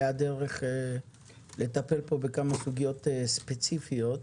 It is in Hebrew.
הדרך לטפל פה בכמה סוגיות ספציפיות.